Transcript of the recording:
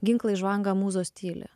ginklai žvanga mūzos tyli